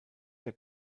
der